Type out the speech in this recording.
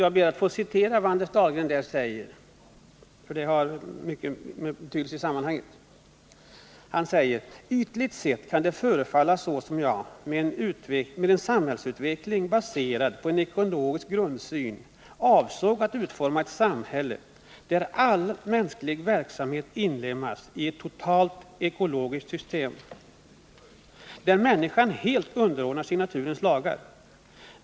Jag ber att få citera Anders Dahlgren, eftersom det har betydelse i sammanhanget. Han sade bl.a. följande: ”Ytligt sett kan det förefalla som om jag med en samhällsutveckling, baserad på en ekologisk grundsyn avsåg att utforma ett samhälle, där all mänsklig verksamhet inlemmats i ett totalt ekologiskt system — där människan helt underordnar sig naturens lagar.